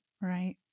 right